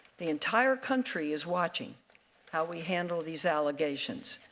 the entire country is watching how we handle these allegations.